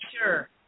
sure